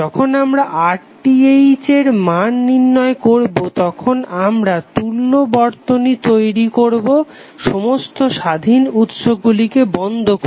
যখন আমরা RTh এর মান নির্ণয় করবো তখন আমরা তুল্য বর্তনী তৈরি করবো সমস্ত স্বাধীন উৎসগুলিকে বন্ধ করে